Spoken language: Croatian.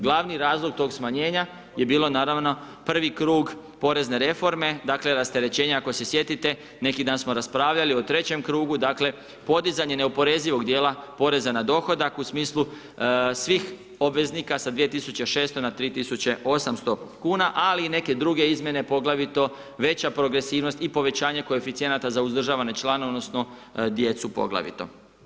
Glavni razlog tog smanjenja je bilo naravno prvi krug Porezne reforme, dakle, rasterećenja, ako se sjetite, neki dan smo raspravljali u trećem krugu, dakle, podizanje neoporezivog dijela Poreza na dohodak u smislu svih obveznika sa 2.600,00 na 3.800,00 kn, ali i neke druge izmjene, poglavito veća progresivnost i povećanje koeficijenata za uzdržavane članove odnosno djecu poglavito.